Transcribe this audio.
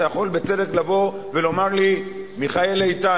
אתה יכול בצדק לבוא ולומר לי: מיכאל איתן,